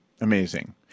Amazing